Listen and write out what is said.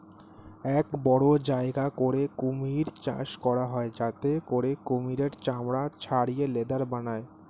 এক বড় জায়গা করে কুমির চাষ করা হয় যাতে করে কুমিরের চামড়া ছাড়িয়ে লেদার বানায়